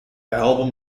album